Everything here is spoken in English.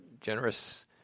generous